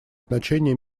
значение